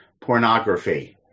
pornography